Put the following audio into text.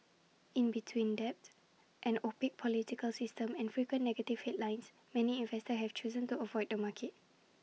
in between debt an opaque political system and frequent negative headlines many investors have chosen to avoid the market